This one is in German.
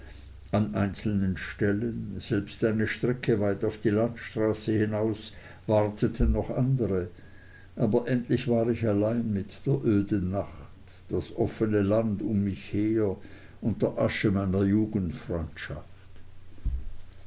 an einzelnen stellen selbst eine strecke weit auf die landstraße hinaus warteten noch andere aber endlich war ich allein mit der öden nacht das offene land um mich her und der asche meiner